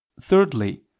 thirdly